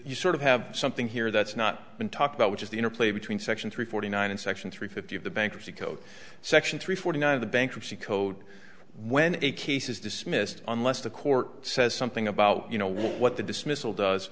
you sort of have something here that's not been talked about which is the interplay between section three forty nine and section three fifty of the bankruptcy code section three forty nine of the bankruptcy code when a case is dismissed unless the court says something about you know what what the dismissal does